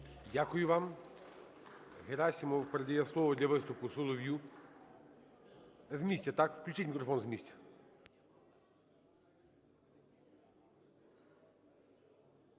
Дякую вам. Герасимов передає слово для виступу Солов'ю. З місця, так? Включіть мікрофон з місця.